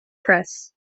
press